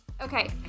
Okay